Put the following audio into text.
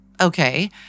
Okay